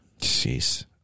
Jeez